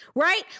Right